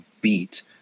beat